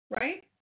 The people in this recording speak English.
right